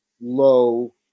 low